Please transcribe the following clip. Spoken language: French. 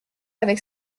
avec